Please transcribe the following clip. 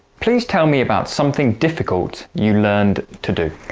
please tell me about something difficult you learned to do.